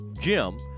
Jim